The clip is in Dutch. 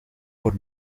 voor